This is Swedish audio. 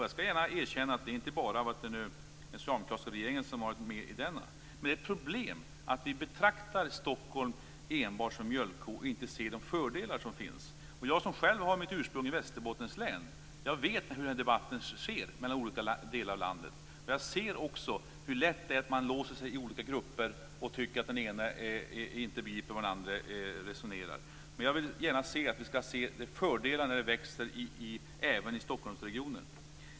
Jag skall gärna erkänna att det inte bara har varit den socialdemokratiska regeringen som har varit med om detta. Det är ett problem att vi betraktar Stockholm enbart som mjölkko och inte ser de fördelar som finns. Jag, som har mitt ursprung i Västerbottens län, vet hur debatten förs i olika delar av landet. Jag ser också hur lätt det är att man låser sig i olika grupper och tycker att en annan grupp inte begriper hur man resonerar. Jag vill gärna se att vi inser fördelarna med att det växer även i Stockholmsregionen.